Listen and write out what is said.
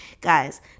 guys